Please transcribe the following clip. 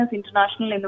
International